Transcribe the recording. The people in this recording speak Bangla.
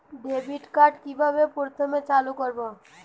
ডেবিটকার্ড কিভাবে প্রথমে চালু করব?